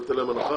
אני אתן להם הנחה?